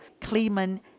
Kleeman